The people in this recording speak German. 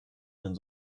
den